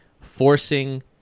forcing